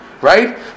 right